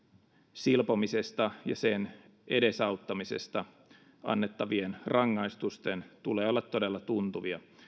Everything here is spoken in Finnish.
silpomisesta ja sen edesauttamisesta annettavien rangaistusten tulee olla todella tuntuvia